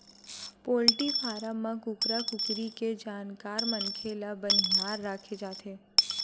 poultry farm म कुकरा कुकरी के जानकार मनखे ल बनिहार राखे जाथे